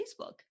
Facebook